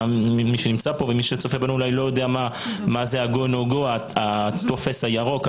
מי שנמצא פה ומי שצופה בנו אולי לא יודע מה זה אומר הטופס הירוק הזה,